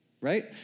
Right